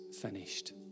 finished